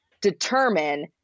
determine